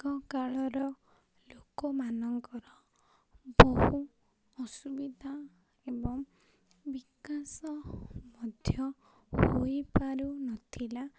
ଆଗ କାଳର ଲୋକମାନଙ୍କର ବହୁ ଅସୁବିଧା ଏବଂ ବିକାଶ ମଧ୍ୟ ହୋଇପାରୁନଥିଲା